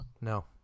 No